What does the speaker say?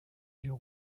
yeux